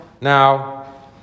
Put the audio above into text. now